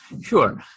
Sure